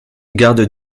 garde